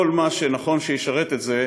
כל מה שנכון שישרת את זה,